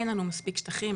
אין לנו מספיק שטחים.